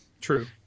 True